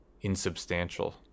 insubstantial